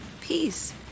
peace